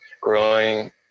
Growing